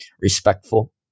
Respectful